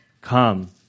come